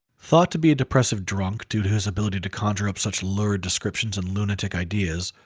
thought to be a depressive drunk due to his ability to conjure up such lurid descriptions and lunatic ideas,